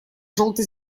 желто